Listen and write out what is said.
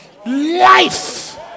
life